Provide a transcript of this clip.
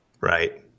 Right